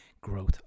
growth